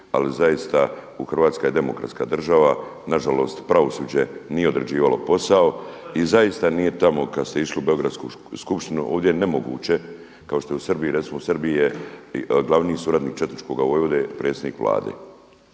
ali zaista Hrvatska je demokratska država, nažalost pravosuđe nije odrađivalo posao i zaista nije tamo kada ste išli u beogradsku skupštinu ovdje je nemoguće kao što je u Srbiji recimo u Srbiji je glavni suradnik četničkoga vojvode predsjednik Vlade.